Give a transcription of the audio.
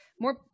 more